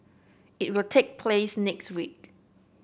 it will take place next week